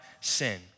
sin